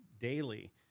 daily